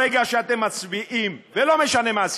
ברגע שאתם מצביעים, ולא משנה מה הסיבה,